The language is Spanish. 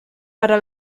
para